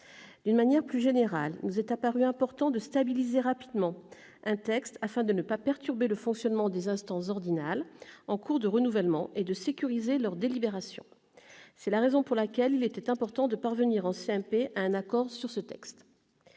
D'une manière plus générale, il nous est apparu important de stabiliser rapidement un texte afin de ne pas perturber le fonctionnement des instances ordinales en cours de renouvellement et de sécuriser leurs délibérations. C'est la raison pour laquelle il était important de parvenir en CMP à un accord sur ce texte.